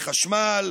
ולחשמל